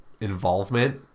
involvement